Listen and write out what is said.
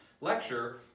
lecture